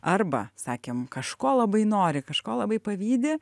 arba sakėm kažko labai nori kažko labai pavydi